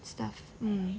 stuff um